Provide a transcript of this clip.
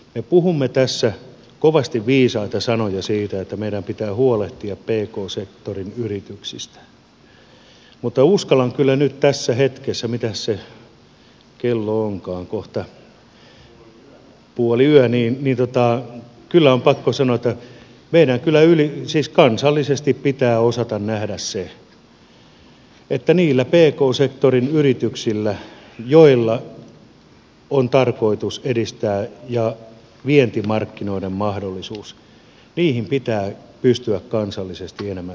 me puhumme tässä kovasti viisaita sanoja siitä että meidän pitää huolehtia pk sektorin yrityksistä mutta uskallan kyllä nyt tässä hetkessä sanoa mitäs se kello onkaan kohta puoliyö on pakko sanoa että meidän kyllä kansallisesti pitää osata nähdä se että niihin pk sektorin yrityksiin joilla on tarkoitus edistää ja on vientimarkkinoiden mahdollisuus pitää pystyä kansallisesti enemmän satsaamaan